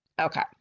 okay